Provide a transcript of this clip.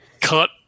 cut